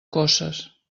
coces